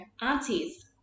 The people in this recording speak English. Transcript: aunties